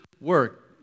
work